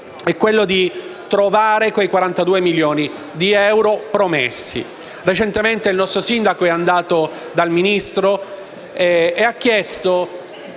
punto, di trovare i 42 milioni di euro promessi. Recentemente il nostro sindaco è andato dal Ministro e ha chiesto